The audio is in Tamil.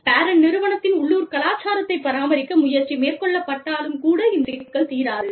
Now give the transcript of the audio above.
பேரண்ட் நிறுவனத்தின் உள்ளூர் கலாச்சாரத்தைப் பராமரிக்க முயற்சி மேற்கொள்ளப்பட்டாலும் கூட இந்த சிக்கல் தீராது